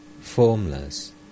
formless